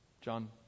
John